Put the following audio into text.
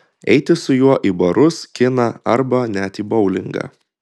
eiti su juo į barus kiną arba net į boulingą